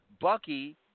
Bucky